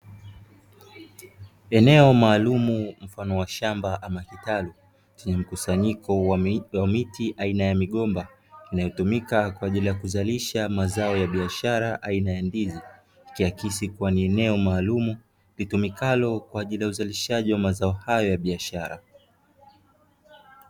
Eneo maalumu mfano wa shamba ama kitalu, chenye mkusanyiko wa miti aina ya migomba, inayo tumika kwa ajili ya kuzalisha mazao ya biashara aina ya ndizi, ikiakisi kuwa ni eneo maalumu litumikalo kwa ajili ya uzalishaji wa mazao hayo ya biashara.